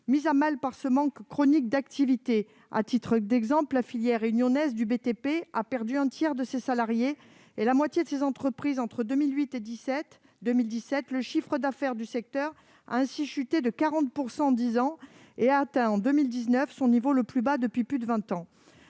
Mise à mal par ce manque chronique d'activité, la filière réunionnaise du BTP, par exemple, a perdu un tiers de ses salariés et la moitié de ses entreprises entre 2008 et 2017. Le chiffre d'affaires du secteur a ainsi chuté de 40 % en dix ans et a atteint en 2019 son niveau le plus bas depuis plus de vingt ans.